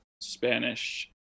Spanish